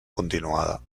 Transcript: continuada